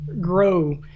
grow